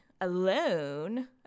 alone